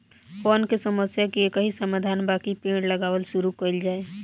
वन के समस्या के एकही समाधान बाकि पेड़ लगावल शुरू कइल जाए